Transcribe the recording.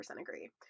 agree